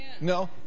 No